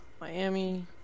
Miami